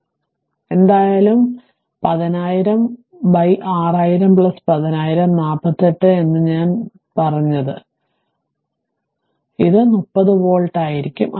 അതിനാൽ എന്തായാലും 10000 ബൈ 6000 10000 48 എന്ന് ഞാൻ പറഞ്ഞതെല്ലാം ഇതാണ് ഇത് 30 വോൾട്ട് ആയിരിക്കും